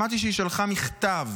שמעתי שהיא שלחה מכתב